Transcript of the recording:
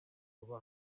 vuba